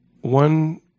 one